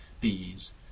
bees